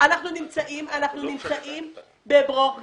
אנחנו נמצאים בברוך גדול.